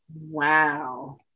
Wow